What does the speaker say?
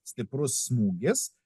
stiprus smūgis